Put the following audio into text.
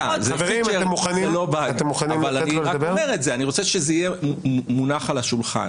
רק אומר את זה ואני רוצה שזה יהיה מונח על השולחן.